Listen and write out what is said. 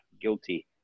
guilty